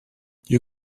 you